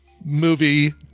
movie